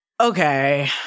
Okay